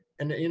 and you know,